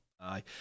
Aye